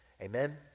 Amen